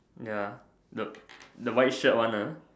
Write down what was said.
ya the the white shirt one uh